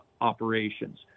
operations